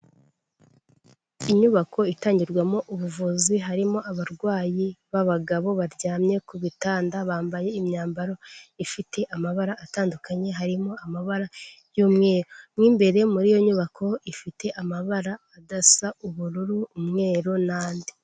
Inyubako itangirwamo ubuvuzi, harimo abarwayi b'abagabo baryamye ku bitanda, bambaye imyambaro ifite amabara atandukanye harimo amabara y'umweru. Mo imbere muri iyo nyubako ifite amabara adasa, ubururu, umweru n'andi.